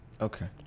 Okay